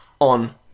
on